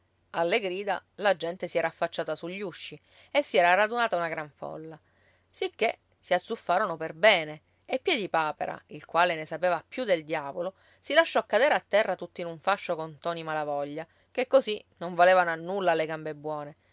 alle grida la gente si era affacciata sugli usci e si era radunata una gran folla sicché si azzuffarono perbene e piedipapera il quale ne sapeva più del diavolo si lasciò cadere a terra tutto in un fascio con ntoni malavoglia che così non valevano a nulla le gambe buone